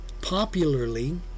Popularly